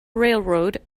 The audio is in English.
railroad